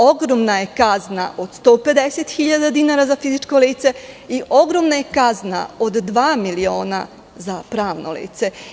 Ogromna je kazna od 150.000 dinara za fizičko lice i ogromna je kazna od 2.000.000 za pravna lica.